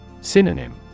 Synonym